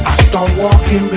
start walking,